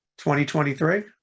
2023